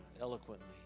eloquently